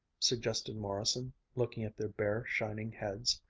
suggested morrison, looking at their bare, shining heads.